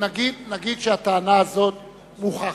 נגיד שהטענה הזאת מוכחת,